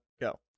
go